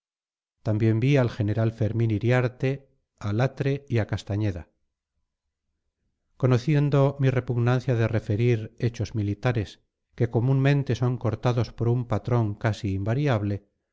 también vi al general fermín iriarte a latre y a castañeda conociendo mi repugnancia de referir hechos militares que comúnmente son cortados por un patrón casi invariable